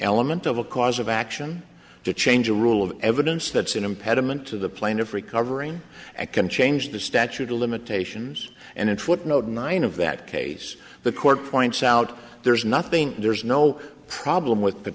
element of a cause of action to change a rule of evidence that's an impediment to the plaintiff recovering and can change the statute of limitations and in footnote nine of that case the court points out there's nothing there's no problem with